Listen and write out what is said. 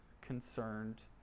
concerned